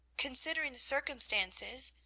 considering the circumstances,